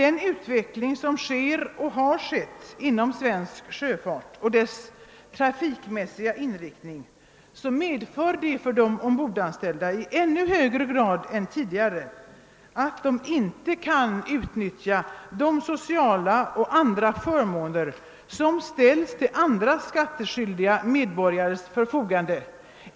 Den utveckling som sker och har skett inom svensk sjöfart och av dess trafikmässiga inriktning medför i ännu högre grad än tidigare att de ombordanställda inte kan utnyttja de sociala och andra förmåner som ställs till andra skattepliktiga medborgares förfogande.